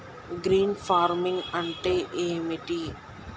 Green farming అంటే ఏమిటి?